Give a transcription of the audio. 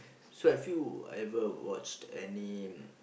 so have you ever watched any